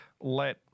let